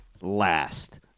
last